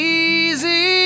easy